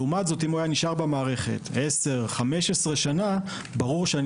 לעומת זה אם היה נשאר במערכת 10 15 שנים ברור שעם